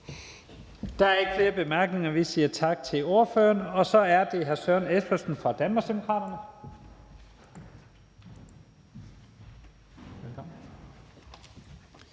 Der er ikke flere korte bemærkninger. Vi siger tak til ordføreren. Så er det hr. Søren Espersen fra Danmarksdemokraterne.